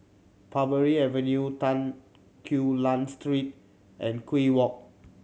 Parbury Avenue Tan Quee Lan Street and Kew Walk